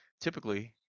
typically